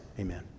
amen